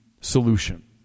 solution